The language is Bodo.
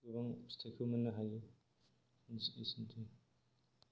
गोबां फिथाइखौ मोननो हायो एसेनोसै